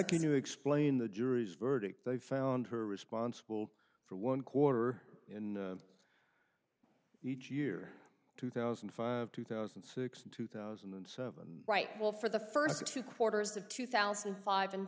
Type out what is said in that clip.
could you explain the jury's verdict they found her responsible for one quarter in each year two thousand and five two thousand and six two thousand and seven right well for the first two quarters of two thousand and five and